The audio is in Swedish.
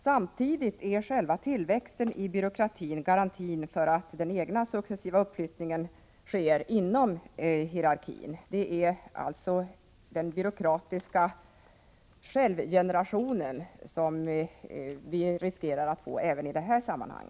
Samtidigt är själva tillväxten i byråkratin garantin för att den egna successiva uppflyttningen inom hierarkin sker. Vi riskerar alltså att få en byråkratisk självgeneration även i detta sammanhang.